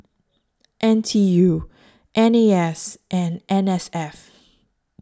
N T U N A S and N S F